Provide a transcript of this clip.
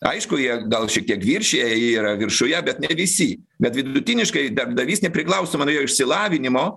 aišku jie gal šiek tiek viršija jie yra viršuje bet ne visi bet vidutiniškai darbdavys nepriklausomai nuo jo išsilavinimo